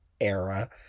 era